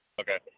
Okay